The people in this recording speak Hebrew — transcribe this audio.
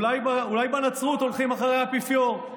אולי בנצרות הולכים אחרי האפיפיור.